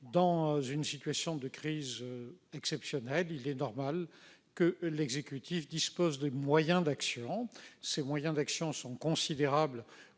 Dans une situation de crise exceptionnelle, il est normal que l'exécutif dispose de moyens d'action. Ceux-ci sont considérables,